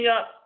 up